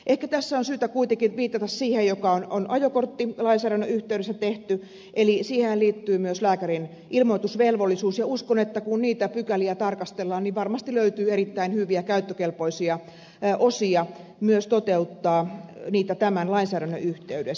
ehkä tässä on syytä kuitenkin viitata siihen mikä on ajokorttilainsäädännön yhteydessä tehty eli siihenhän liittyy myös lääkärin ilmoitusvelvollisuus ja uskon että kun niitä pykäliä tarkastellaan varmasti löytyy erittäin hyviä käyttökelpoisia osia myös toteuttaa niitä tämän lainsäädännön yhteydessä